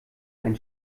ein